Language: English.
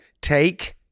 Take